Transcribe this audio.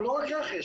או לא רק רכש,